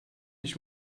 ich